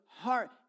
heart